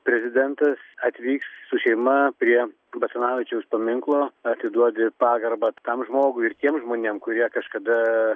prezidentas atvyks su šeima prie basanavičiaus paminklo atiduodi pagarbą tam žmogui ir tiems žmonėm kurie kažkada